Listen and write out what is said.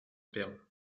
perles